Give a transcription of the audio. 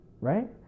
Right